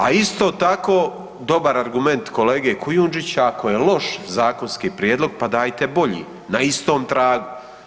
A isto tako dobar argument kolege Kujundžića ako je loš zakonski prijedlog pa dajte bolje na istom tragu.